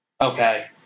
Okay